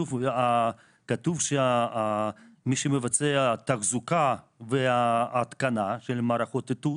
כתוב שמי שמבצע תחזוקה והתקנה של מערכות איתות,